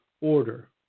order